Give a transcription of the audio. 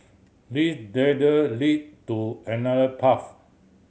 this ladder lead to another path